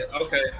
okay